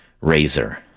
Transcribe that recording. Razor